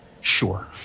sure